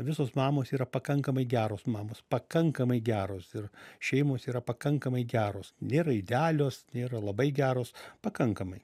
visos mamos yra pakankamai geros mamos pakankamai geros ir šeimos yra pakankamai geros nėra idealios nėra labai geros pakankamai